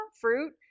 Fruit